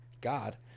God